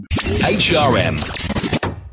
HRM